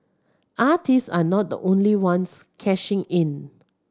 artists are not the only ones cashing in